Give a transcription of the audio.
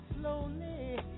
slowly